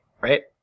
right